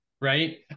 right